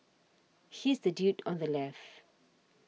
he's the dude on the left